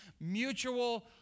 mutual